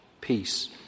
peace